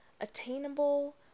Attainable